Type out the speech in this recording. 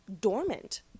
dormant